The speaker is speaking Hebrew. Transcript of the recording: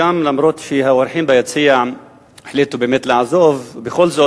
שהאורחים ביציע החליטו באמת לעזוב, בכל זאת